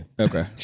Okay